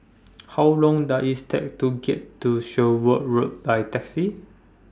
How Long Does IT Take to get to Sherwood Road By Taxi